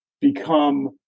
become